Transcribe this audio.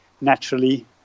naturally